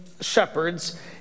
shepherds